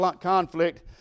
conflict